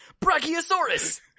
Brachiosaurus